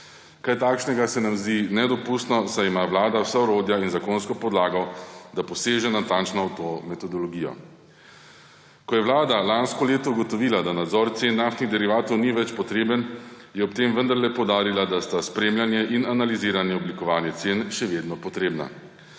Kaj takšnega se nam zdi nedopustno, saj ima vlada vsa orodja in zakonsko podlago, da poseže natančno v to metodologijo. Ko je vlada lansko leto ugotovila, da nadzor cen naftnih derivatov ni več potreben, je ob tem vendarle poudarila, da sta spremljanje in analiziranje oblikovanja cen še vedno potrebna.